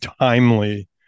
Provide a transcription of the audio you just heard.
timely